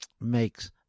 makes